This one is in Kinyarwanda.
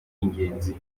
ingenzi